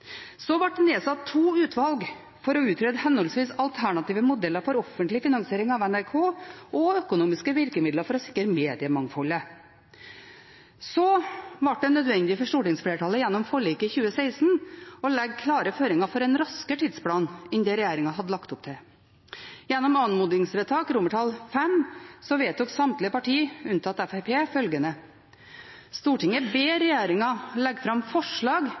Så ble det nedsatt to utvalg for å utrede alternative modeller for henholdsvis offentlig finansiering av NRK og økonomiske virkemidler for å sikre mediemangfoldet. Så ble det nødvendig for stortingsflertallet, gjennom forliket i 2016, å legge klare føringer for en raskere tidsplan enn det regjeringen hadde lagt opp til. Gjennom anmodningsvedtak V vedtok samtlige partier, unntatt Fremskrittspartiet, følgende: «Stortinget ber regjeringen legge fram forslag